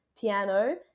piano